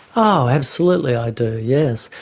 oh absolutely i do, yes.